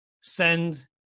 send